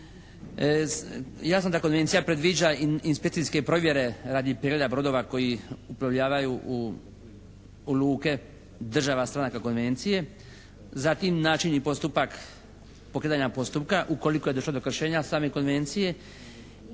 Jasno da konvencija predviđa i inspekcijske provjere radi pregleda brodova koji uplovljavaju u luke država stranaka konvencije, zatim način i postupak pokretanja postupka ukoliko je došlo do kršenja same konvencije